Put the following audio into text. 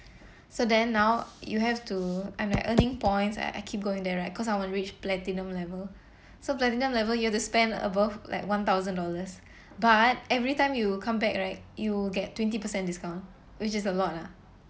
so then now you have to I'm like earning points I I keep going there right because I want to reach platinum level so platinum level you have to spend above like one thousand dollars but every time you come back right you'll get twenty percent discount which is a lot lah